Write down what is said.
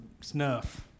snuff